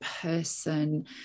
person